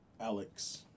Alex